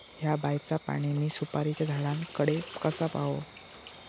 हया बायचा पाणी मी सुपारीच्या झाडान कडे कसा पावाव?